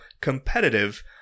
competitive